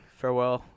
farewell